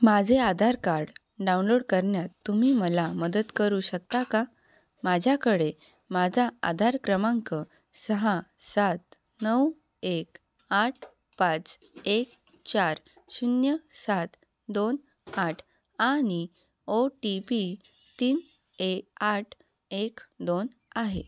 माझे Aadhaar card download करण्यात तुम्ही मला मदत करू शकता का माझ्याकडे माझा आधार क्रमांक सहा सात नऊ एक आठ पाच एक चार शून्य सात दोन आठ आणि ओ टी पी तीन ए आठ एक दोन आहे